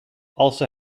also